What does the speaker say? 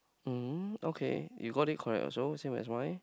um okay you got it correct also same as mine